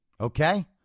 okay